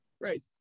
Great